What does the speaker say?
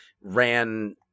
ran